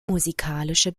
musikalische